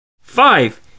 Five